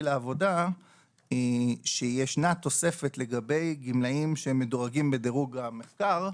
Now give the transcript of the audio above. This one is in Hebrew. לעבודה שישנה תוספת לגבי גמלאים שהם מדורגים בדירוג המחקר,